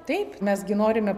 taip mes gi norime